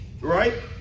right